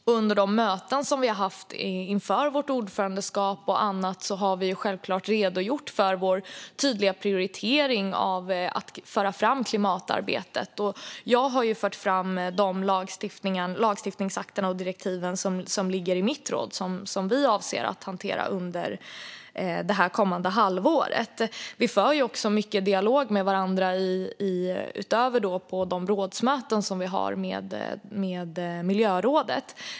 Under de möten och annat vi har haft inför vårt ordförandeskap har vi självklart redogjort för vår tydliga prioritering att föra fram klimatarbetet. Jag har fört fram de lagstiftningsakter och direktiv som ligger inom mitt råd och som vi avser att hantera under det kommande halvåret. Vi för också mycket dialog med varandra utöver de rådsmöten vi har i miljörådet.